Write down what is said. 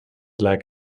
like